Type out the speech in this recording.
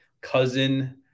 cousin